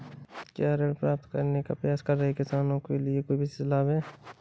क्या ऋण प्राप्त करने का प्रयास कर रहे किसानों के लिए कोई विशेष लाभ हैं?